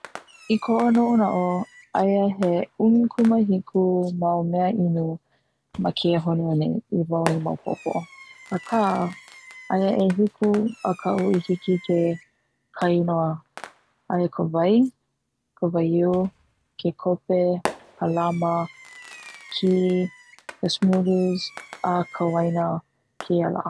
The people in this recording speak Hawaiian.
I koʻu noʻonoʻo aia he ʻumikumahiku mau meaʻinu ma kēia honua i wau i maopopo aka aia he ʻehiku a kaʻu i hiki kainoa, aia ka wai, ka waiʻu, ke kope, ka lama, ke kī, ka smoothie a ka waina kēia lā